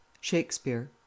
Shakespeare